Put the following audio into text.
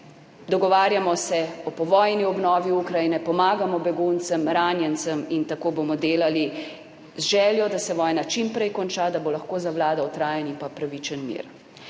Dogovarjamo se o povojni obnovi Ukrajine, pomagamo beguncem, ranjencem in tako bomo delali z željo, da se vojna čim prej konča, da bo lahko zavladal trajen in pravičen mir.